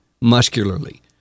muscularly